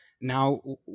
now